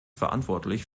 verantwortlich